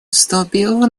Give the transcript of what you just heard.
вступил